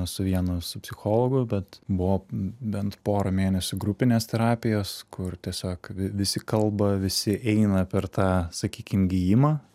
su vienu su psichologu bet buvo bent porą mėnesių grupinės terapijos kur tiesiog visi kalba visi eina per tą sakykim gijimą